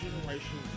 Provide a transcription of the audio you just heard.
generation